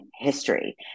history